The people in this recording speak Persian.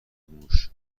موش